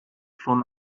schon